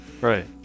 right